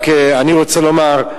אני רק רוצה לומר,